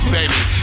Baby